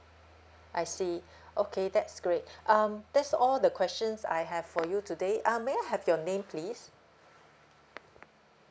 I see okay that's great um that's all the questions I have for you today um may I have your name please